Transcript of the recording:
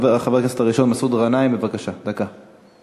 הדובר הראשון, מסעוד גנאים, בבקשה, דקה.